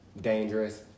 dangerous